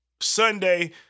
Sunday